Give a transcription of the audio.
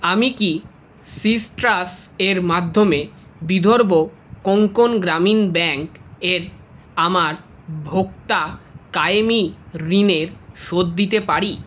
আমি কি সিসট্রাসের মাধ্যমে বিদর্ভ কোঙ্কণ গ্রামীণ ব্যাংকের আমার ভোক্তা কায়েমি ঋণের শোধ দিতে পারি